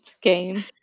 game